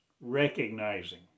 recognizing